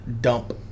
dump